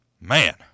Man